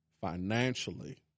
financially